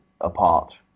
apart